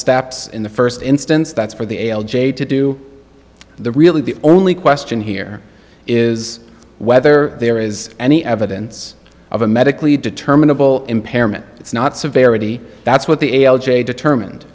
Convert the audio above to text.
steps in the first instance that's for the a l j to do the really the only question here is whether there is any evidence of a medically determinable impairment it's not so verity that's what the a l j determined